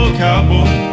cowboy